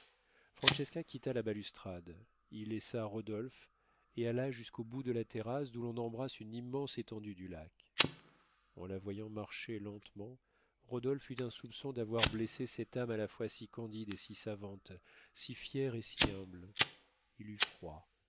quitta la balustrade y laissa rodolphe et alla jusqu'au bout de la terrasse d'où l'on embrasse une immense étendue du lac en la voyant marcher lentement rodolphe eut un soupçon d'avoir blessé cette âme à la fois candide et si savante si fière et si humble il eut froid